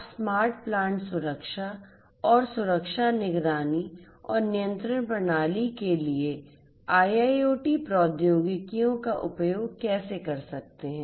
आप smart plant सुरक्षा और सुरक्षा निगरानी और नियंत्रण प्रणाली बनाने के लिए IIoT प्रौद्योगिकियों का उपयोग कैसे कर सकते हैं